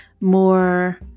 more